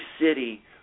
city